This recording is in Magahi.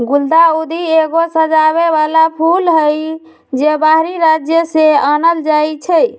गुलदाऊदी एगो सजाबे बला फूल हई, जे बाहरी राज्य से आनल जाइ छै